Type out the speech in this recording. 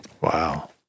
wow